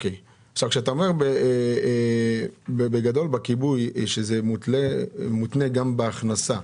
אתה אומר שבכיבוי זה מותנה גם בהכנסה.